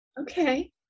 Okay